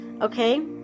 Okay